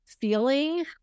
feeling